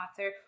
author